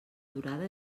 durada